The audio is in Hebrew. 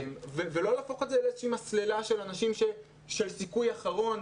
ולא להפוך את זה לאיזו שהיא מסללה של אנשים של סיכוי אחרון,